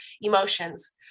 emotions